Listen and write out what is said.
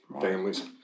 families